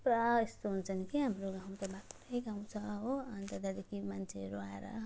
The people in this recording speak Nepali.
पुरा यस्तो हुन्छन् कि हाम्रो गाउँ त बाक्लै गाउँ छ हो अन्त त्यहाँदेखि मान्छेहरू आएर